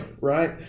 Right